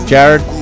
Jared